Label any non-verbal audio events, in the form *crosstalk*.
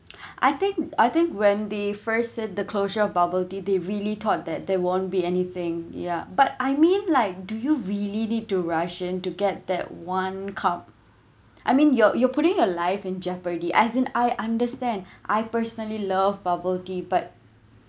*noise* I think I think when the first said the closure of bubble tea they really thought that there won't be anything ya but I mean like do you really need to rush in to get that one cup *breath* I mean you're you're putting your life in jeopardy as in I understand *breath* I personally love bubble tea but